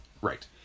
Right